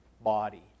body